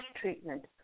treatment